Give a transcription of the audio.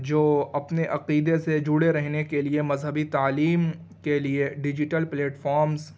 جو اپنے عقیدے سے جڑے رہنے کے لیے مذہبی تعلیم کے لیے ڈیجیٹل پلیٹفارمس